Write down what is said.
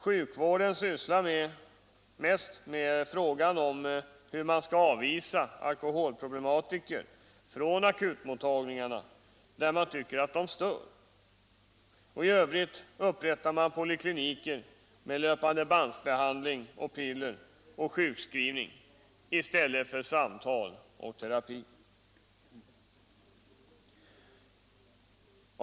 Sjukvården sysslar mest med frågan om hur man skall avvisa — m.m. alkoholproblematiker från akutmottagnirgarna, där man tycker att de stör. I övrigt upprättar man polikliniker med löpandebandsbehandling, piller och sjukskrivning i stället för samtal och terapi.